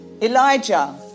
Elijah